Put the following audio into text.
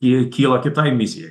ir kyla kitai misijai